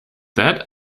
that